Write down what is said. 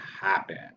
happen